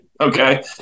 Okay